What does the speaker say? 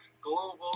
global